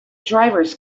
drivers